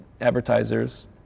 advertisers